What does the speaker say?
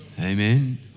Amen